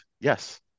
yes